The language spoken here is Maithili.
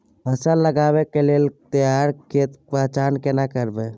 फसल लगबै के लेल तैयार खेत के पहचान केना करबै?